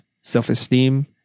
self-esteem